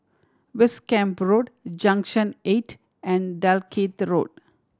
West Camp Road Junction Eight and Dalkeith Road